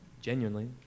genuinely